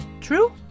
true